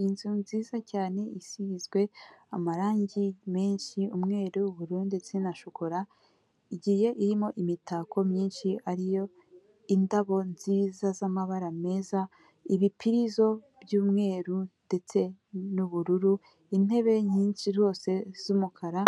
Iyi ni inzu nziza cyane isizwe amarangi menshi umweru ubururu ndetse na shokora igiye irimo imitako myinshi ariyo indabo nziza z'amabara meza ibipirizo by'umweru ndetse n'ubururu intebe nyinshi zose z'umukara